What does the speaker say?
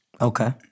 Okay